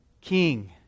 King